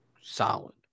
solid